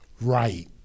right